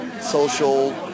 social